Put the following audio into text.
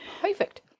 Perfect